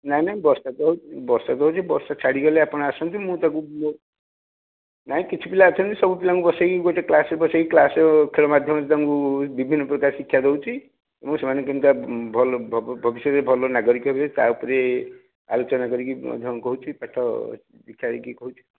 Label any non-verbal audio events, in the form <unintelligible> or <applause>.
ନାଇଁ ନାଇଁ ବର୍ଷା ତ ହେଉଛି ବର୍ଷା ତ ହେଉଛି ବର୍ଷା ଛାଡ଼ିଗଲେ ଆପଣ ଆସନ୍ତୁ ମୁଁ ତାକୁ ନାଇଁ କିଛି ପିଲା ଅଛନ୍ତି ସବୁ ପିଲାଙ୍କୁ ବସେଇକି ଗୋଟେ କ୍ଲାସ୍ରେ ବସେଇକି କ୍ଲାସ୍ର ଖେଳ ମାଧ୍ୟମରେ ତାଙ୍କୁ ବିଭିନ୍ନପ୍ରକାର ଶିକ୍ଷା ଦେଉଛି ଏବଂ ସେମାନେ କେମିତିଆ ଭଲ ଭବିଷ୍ୟତରେ ଭଲ ନାଗରିକ ବି ହେବେ ତା'ଉପରେ ଆଲୋଚନା କରିକି <unintelligible> ପାଠ ଶିକ୍ଷା ଦେଇକି କହୁଛି